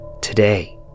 today